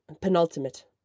penultimate